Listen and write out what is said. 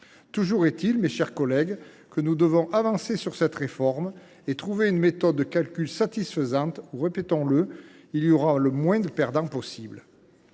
Toujours est il, mes chers collègues, que nous devons avancer sur cette réforme et trouver une méthode de calcul satisfaisante qui fera – répétons le – le moins de perdants possible.